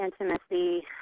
intimacy